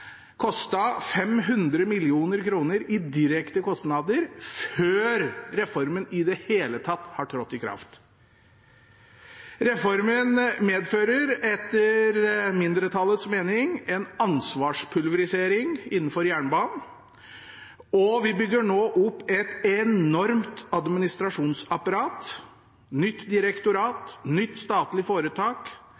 500 mill. kr i direkte kostnader før reformen i det hele tatt har trådt i kraft. Reformen medfører, etter mindretallets mening, en ansvarspulverisering innenfor jernbanen, og vi bygger nå opp et enormt administrasjonsapparat. Nytt direktorat,